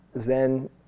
Zen